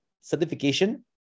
certification